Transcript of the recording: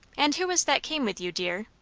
and who was that came with you, dear?